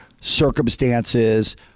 circumstances